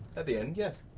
at the end, yes.